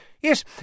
Yes